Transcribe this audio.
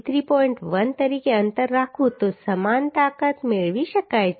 1 તરીકે અંતર રાખું તો સમાન તાકાત મેળવી શકાય છે